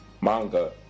manga